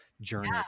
journey